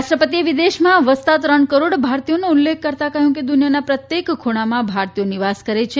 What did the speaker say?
રાષ્ટ્રપતિએ વિદેશોમાં વસતા ત્રણ કરોડ ભારતીયોનો ઉલ્લેખ કરતાં કહ્યું કે દુનિયાના પ્રત્યેક ખૂણામાં ભારતીય નિવાસ કરે છે